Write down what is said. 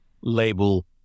label